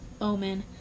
Omen